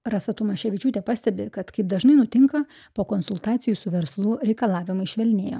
rasa tamaševičiūtė pastebi kad kaip dažnai nutinka po konsultacijų su verslu reikalavimai švelnėja